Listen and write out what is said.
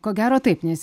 ko gero taip nes